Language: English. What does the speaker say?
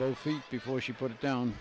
both feet before she put it down